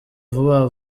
vuba